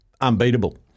unbeatable